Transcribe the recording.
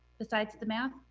besides the math?